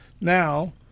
Now